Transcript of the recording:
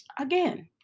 Again